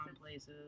places